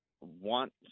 want